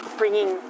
bringing